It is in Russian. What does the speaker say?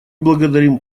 благодарим